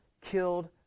killed